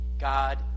God